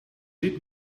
niet